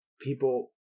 people